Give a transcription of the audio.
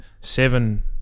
seven